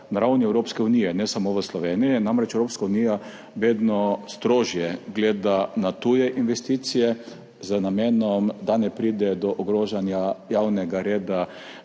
na ravni Evropske unije, ne samo v Sloveniji. Namreč Evropska unija vedno strožje gleda na tuje investicije z namenom, da ne pride do ogrožanja javnega reda